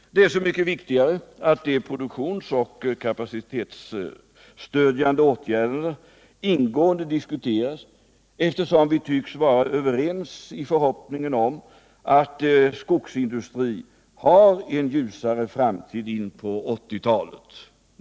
Det är så mycket viktigare att de produktionsoch kapacitetsstödjande åtgärderna ingående diskuteras, eftersom vi tycks vara överens i förhoppningen om att skogsindustrin har en ljusare framtid på 1980-talet.